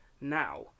now